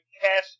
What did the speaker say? cash